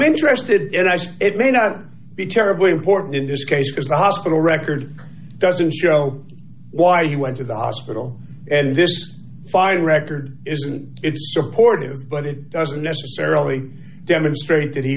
interested in it as it may not be terribly important in this case because the hospital record doesn't show why he went to the hospital and this fire record isn't supported but it doesn't necessarily demonstrate that he